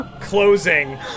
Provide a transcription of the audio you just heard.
closing